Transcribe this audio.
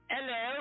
Hello